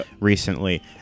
recently